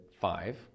Five